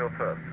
her